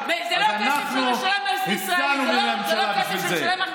אז אנחנו יצאנו מהממשלה בגלל זה.